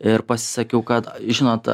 ir pasisakiau kad žinot